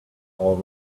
all